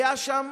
הייתה שם